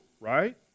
right